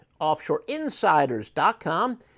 offshoreinsiders.com